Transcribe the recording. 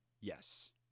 Yes